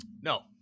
No